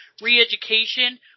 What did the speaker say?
re-education